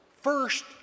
first